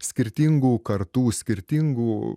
skirtingų kartų skirtingų